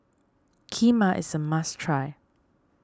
Kheema is a must try